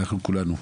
אנחנו כולנו,